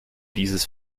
dieses